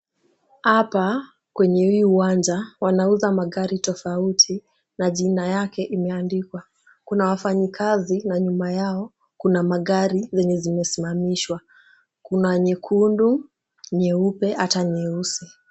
Hapa kwenye hii uwanja wanauza magari tofauti na jina yake imeandikwa. Kuna wafanyikazi na nyuma yao kuna magari yenye zime simamishwa. Kuna nyekundu, nyeupe, hata nyeusi.